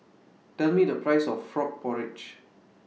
Tell Me The Price of Frog Porridge